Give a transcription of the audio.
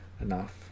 enough